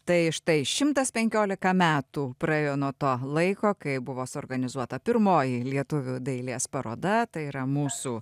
tai štai šimtas penkiolika metų praėjo nuo to laiko kai buvo suorganizuota pirmoji lietuvių dailės paroda tai yra mūsų